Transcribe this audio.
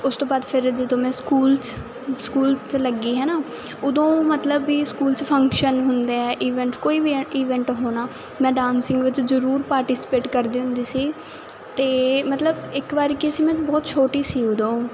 ਉਸ ਤੋਂ ਬਾਅਦ ਫਿਰ ਜਦੋਂ ਮੈਂ ਸਕੂਲ 'ਚ ਸਕੂਲ ਲੱਗੀ ਹੈਨਾ ਉਦੋਂ ਮਤਲਬ ਵੀ ਸਕੂਲ 'ਚ ਫੰਕਸ਼ਨ ਹੁੰਦੇ ਆ ਈਵੈਂਟ ਕੋਈ ਵੀ ਈਵੈਂਟ ਹੋਣਾ ਮੈਂ ਡਾਂਸਿੰਗ ਵਿੱਚ ਜਰੂਰ ਪਾਰਟੀਸਪੇਟ ਕਰਦੇ ਹੁੰਦੀ ਸੀ ਤੇ ਮਤਲਬ ਇੱਕ ਵਾਰੀ ਕਿ ਅਸੀਂ ਮੈਨੂੰ ਬਹੁਤ ਛੋਟੀ ਸੀ ਉਦੋਂ